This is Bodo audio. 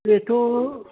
बेथ'